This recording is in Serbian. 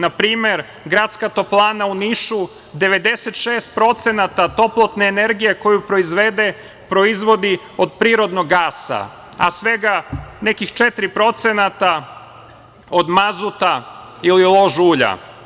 Na primer, Gradska toplana u Nišu 96% toplotne energije koju proizvede, proizvodi od prirodnog gasa, a svega nekih 4% od mazuta ili lož ulja.